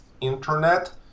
internet